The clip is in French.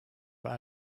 pas